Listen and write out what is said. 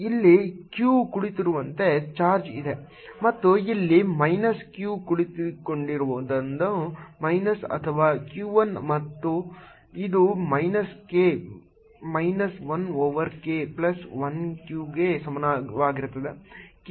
ಇಲ್ಲಿ q ಕುಳಿತಿರುವಂತೆ charge ಇದೆ ಮತ್ತು ಇಲ್ಲಿ ಮೈನಸ್ q ಕುಳಿತುಕೊಂಡಿರುವುದು ಮೈನಸ್ ಅಥವಾ q 1 ಇದು minus k minus 1 over k plus 1 q ಗೆ ಸಮಾನವಾಗಿರುತ್ತದೆ